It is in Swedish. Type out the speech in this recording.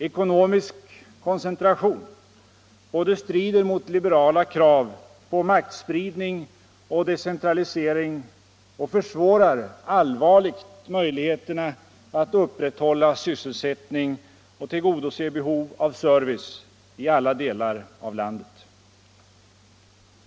Ekonomisk koncentration både strider mot liberala krav på maktsprid ning och decentralisering och försämrar allvarligt möjligheterna att upp rätthålla sysselsättning och tillgodose behov av service i alla delar av landet.